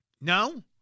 No